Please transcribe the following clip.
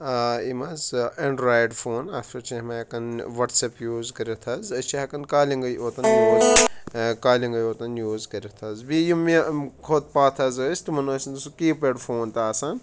یِم حظ Android phone اَتھ پٮ۪ٹھ چھِ یِم ہٮ۪کان وَٹسٮ۪پ یوٗز کٔرِتھ حظ أسۍ چھِ ہٮ۪کان کالِنٛگٕے یوتَن کالِنٛگٕے یوتَن یوٗز کٔرِتھ حظ بیٚیہِ یِم یہِ اَمہِ کھۄت پَتھ حظ ٲسۍ تِمَن ٲسۍ نہٕ سُہ کیٖپیڈ فون تہٕ آسان